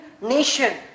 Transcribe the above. nation